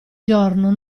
giorno